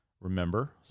Remember